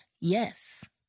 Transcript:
Yes